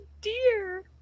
dear